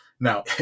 Now